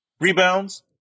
Rebounds